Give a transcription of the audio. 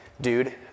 dude